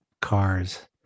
cars